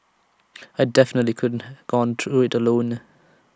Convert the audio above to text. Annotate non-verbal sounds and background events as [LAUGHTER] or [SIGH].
[NOISE] I definitely couldn't have gone through IT alone